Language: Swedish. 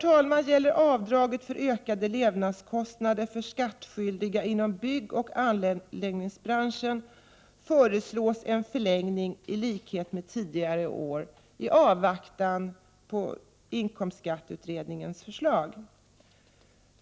När det gäller avdragen för ökade levnadskostnader för skattskyldiga inom byggoch anläggningsbranschen föreslås en förlängning i likhet med tidigare år i avvaktan på inkomstskatteutredningens förslag.